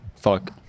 Fuck